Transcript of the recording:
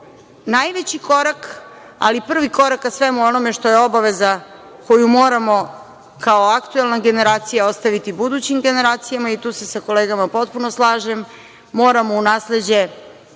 najveći korak, ali prvi korak ka svemu onome što je obaveza koju moramo kao aktuelna generacija ostaviti budućim generacijama i tu se sa kolegama potpuno slažem, moramo u nasleđe